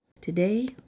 Today